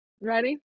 ready